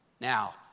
Now